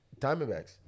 Diamondbacks